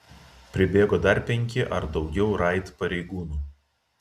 pribėgo dar penki ar daugiau raid pareigūnų